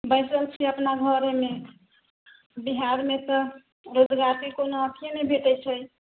बैसल छी अपना घरेमे बिहारमे तऽ रोजगारके कोनो अथिए नहि भेटै छै